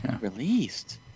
released